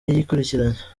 yikurikiranya